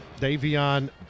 Davion